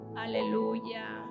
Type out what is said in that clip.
hallelujah